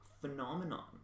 phenomenon